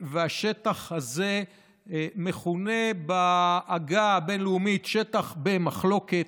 והשטח הזה מכונה בעגה הבין-לאומית "שטח במחלוקת".